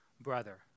brother